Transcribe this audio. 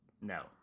No